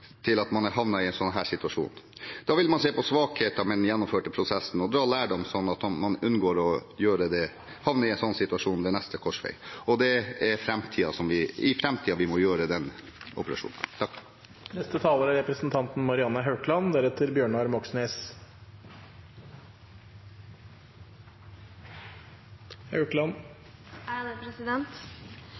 til at man har havnet i en situasjon. Da vil man se på svakhetene med den gjennomførte prosessen og dra lærdom, slik at man kan unngå å havne i en slik situasjon ved neste korsvei. Det er i framtiden vi må gjøre den operasjonen. Det har vært en svært vanskelig beredskapssituasjon i Nord-Norge – det har vært en svært vanskelig beredskapssituasjon for Finnmarks befolkning og i Alta. Mye informasjon er